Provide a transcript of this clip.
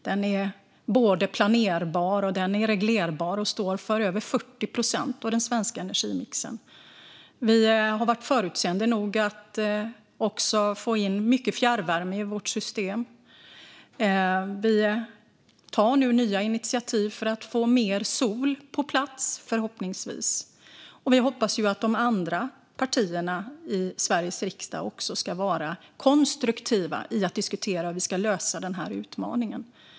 Den är både planerbar och reglerbar och står för över 40 procent av den svenska energimixen. Vi har också varit förutseende nog att få in mycket fjärrvärme i vårt system. Vi tar nu nya initiativ för att få mer solenergi på plats, förhoppningsvis. Vi hoppas också att de andra partierna i Sveriges riksdag ska vara konstruktiva när det gäller att diskutera hur vi ska lösa den här utmaningen.